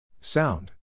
Sound